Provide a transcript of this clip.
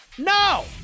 No